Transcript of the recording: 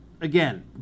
again